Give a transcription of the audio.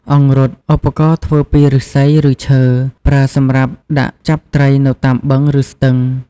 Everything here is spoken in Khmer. ត្បាល់កិន និងត្បាល់បុក ប្រើសម្រាប់កិន ឬបុកស្រូវឲ្យទៅជាអង្ករ ឬបុកគ្រាប់ធញ្ញជាតិផ្សេងៗ។